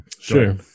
sure